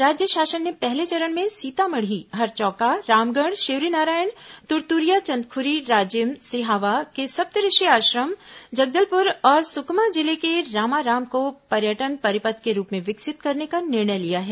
राज्य शासन ने पहले चरण में सीतामढ़ी हरचौका रामगढ़ शिवरीनारायण तुरतुरिया चंदखुरी राजिम सिहावा के सप्तऋषि आश्रम जगदलपुर और सुकमा जिले के रामाराम को पर्यटन परिपथ के रूप में विकसित करने का निर्णय लिया है